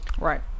right